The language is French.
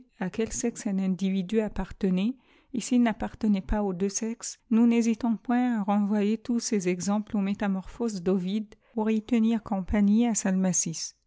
à quel sexe un individu appartenait et s il n'appartenait pas aux deux sexes nous n'hésitons point à renvoyer tous ces exemples aux métamorphoses d ovide pour y tenir compagnie à